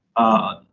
ah,